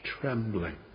trembling